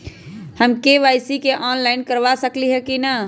हम KYC online करवा सकली ह कि न?